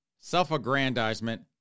self-aggrandizement